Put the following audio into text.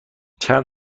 چند